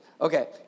Okay